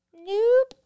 Nope